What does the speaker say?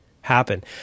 happen